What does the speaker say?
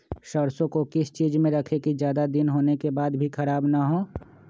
सरसो को किस चीज में रखे की ज्यादा दिन होने के बाद भी ख़राब ना हो?